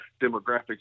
demographics